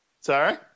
Sorry